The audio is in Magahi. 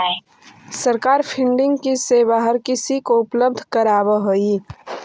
सरकार फंडिंग की सेवा हर किसी को उपलब्ध करावअ हई